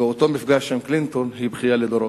באותו מפגש עם קלינטון, היא בכייה לדורות.